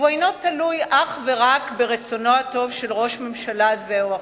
והוא אינו תלוי אך ורק ברצונו הטוב של ראש ממשלה זה או אחר.